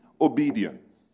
obedience